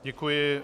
Děkuji.